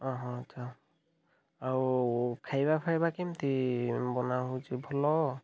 ଅ ହଁ ଆଚ୍ଛା ଆଉ ଖାଇବା ପିଇବା କେମିତି ବନା ହେଉଛି ଭଲ